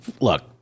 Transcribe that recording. look